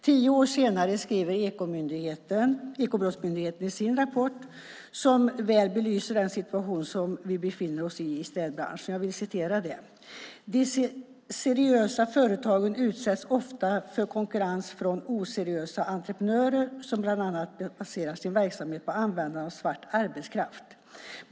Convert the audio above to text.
Tio år senare skriver Ekobrottsmyndigheten i sin rapport, som väl belyser den situation som städbranschen befinner sig i, att de seriösa företagen ofta utsätts för konkurrens från oseriösa entreprenörer som bland annat baserar sin verksamhet på användande av svart arbetskraft.